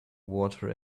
water